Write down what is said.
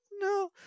No